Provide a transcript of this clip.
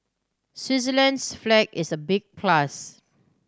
Switzerland's flag is a big plus